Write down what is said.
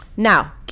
Now